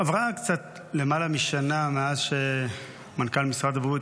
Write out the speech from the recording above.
עברה קצת למעלה משנה מאז שמנכ"ל משרד הבריאות